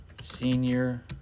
senior